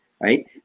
right